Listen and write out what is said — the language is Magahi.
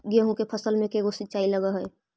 गेहूं के फसल मे के गो सिंचाई लग हय?